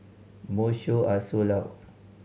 most show are sold out